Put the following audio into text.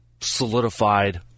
solidified